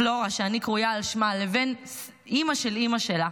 פלורה, שאני קרויה על שמה, לבין אימא של אימא שלה,